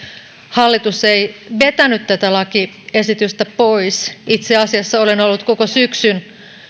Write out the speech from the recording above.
hallitus ei vetänyt tätä lakiesitystä pois itse asiassa olen ollut koko syksyn